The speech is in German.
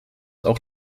auch